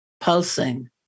Pulsing